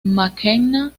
mackenna